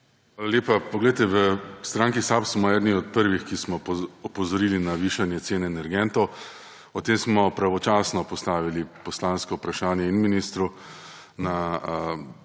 Hvala lepa. Poglejte, v stranki SAB smo eni od prvih, ki smo opozorili na višanje cen energentov. O tem smo pravočasno postavili poslansko vprašanje in ministru v